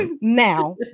Now